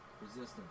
resistance